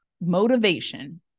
motivation